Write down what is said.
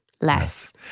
less